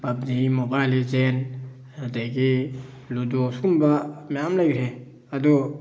ꯄꯞꯖꯤ mobile ꯂꯤꯖꯦꯟ ꯑꯗꯒꯤ ꯂꯨꯗꯣ ꯁꯤꯒꯨꯝꯕ ꯃꯌꯥꯝ ꯂꯩꯈ꯭ꯔꯦ ꯑꯗꯣ